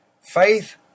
Faith